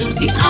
See